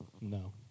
No